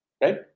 right